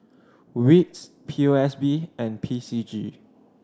wits P O S B and P C G